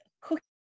cooking